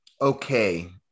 okay